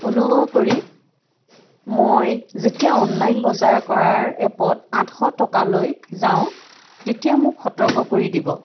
অনুগ্ৰহ কৰি মই যেতিয়া অনলাইন বজাৰ কৰাৰ এপত আঠশ টকা লৈ যাওঁ তেতিয়া মোক সতৰ্ক কৰি দিব